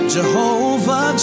Jehovah